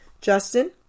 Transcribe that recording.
justin